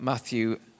Matthew